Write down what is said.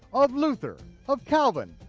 of luther, of calvin,